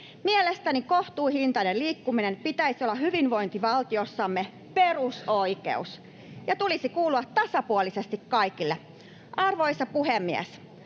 Mielestäni kohtuuhintaisen liikkumisen pitäisi olla hyvinvointivaltiossamme perusoikeus ja sen tulisi kuulua tasapuolisesti kaikille. Arvoisa puhemies!